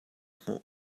hmuh